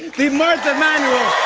the martha manual